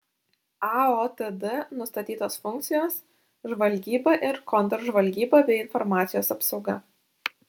aotd nustatytos funkcijos žvalgyba ir kontržvalgyba bei informacijos apsauga